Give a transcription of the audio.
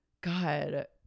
God